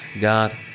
god